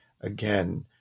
again